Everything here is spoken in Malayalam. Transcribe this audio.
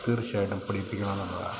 തീർച്ചയായിട്ടും പഠിപ്പിക്കണോ എന്നുള്ളതാണ്